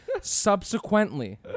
Subsequently